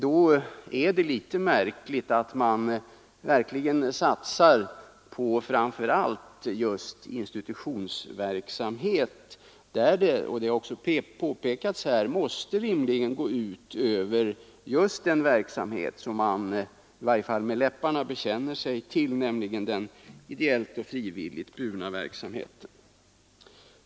Då är det litet märkligt att centern vill satsa på framför allt institutionsverksamhet, som rimligen måste gå ut över just den verksamhet som centern i varje fall med läpparna bekänner sig till, nämligen den ideellt och frivilligt burna kulturverksamheten.